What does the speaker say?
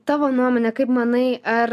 tavo nuomone kaip manai ar